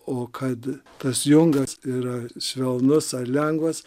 o kad tas jungas yra švelnus ar lengvas